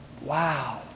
Wow